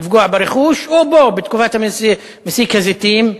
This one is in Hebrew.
לפגוע ברכוש או בו, בתקופת מסיק הזיתים,